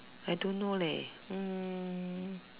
I don't know leh um